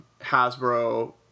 Hasbro